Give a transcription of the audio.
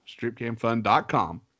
stripcamfun.com